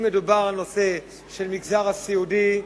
אם מדובר על המגזר הסיעודי,